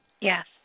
Yes